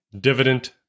Dividend